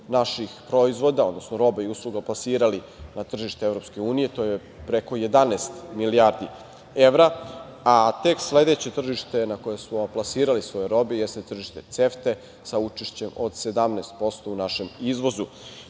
naših proizvoda, odnosno roba i usluga, plasirali na tržište Evropske unije, to je preko 11 milijardi evra, a tek sledeće tržište na kojem smo plasirali svoju robu jeste tržište CEFTA-e, sa učešćem od 17% u našem izvozu.